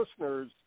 listeners